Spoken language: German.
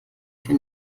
für